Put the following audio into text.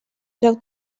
treu